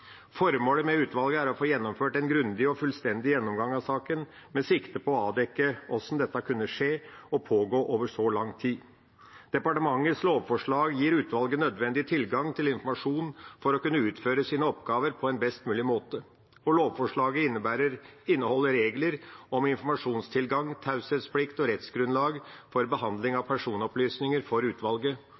Formålet med utvalget er å få gjennomført en grundig og fullstendig gjennomgang av saken, med sikte på å avdekke hvordan dette kunne skje og pågå over så lang tid. Departementets lovforslag gir utvalget nødvendig tilgang til informasjon for å kunne utføre sine oppgaver på en best mulig måte. Lovforslaget inneholder regler om informasjonstilgang, taushetsplikt og rettsgrunnlag for behandling av personopplysninger for utvalget